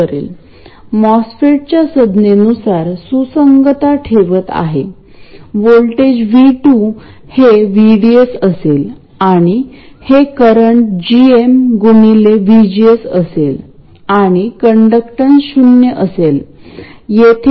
ही small signal आकृती आहे इथे काय होईल या स्मॉल सिग्नल आकृती मध्ये हा सोर्स ग्राउंडेड हवा आणि सोर्स Vs इथे असायला हवा